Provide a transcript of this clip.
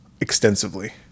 extensively